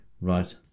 right